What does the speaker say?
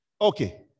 Okay